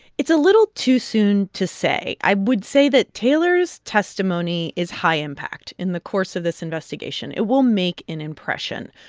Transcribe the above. it's a little too soon to say. i would say that taylor's testimony is high-impact in the course of this investigation. it will make an impression.